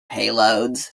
payloads